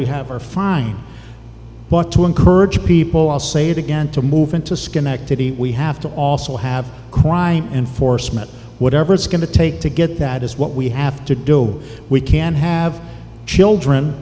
we have are fine but to encourage people i'll say it again to move into schenectady we have to also have crime enforcement whatever it's going to take to get that is what we have to do we can't have children